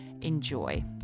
Enjoy